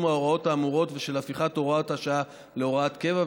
ההוראות האמורות ושל הפיכת הוראת השעה להוראת קבע,